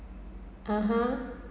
(uh huh)